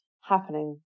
happening